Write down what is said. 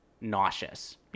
nauseous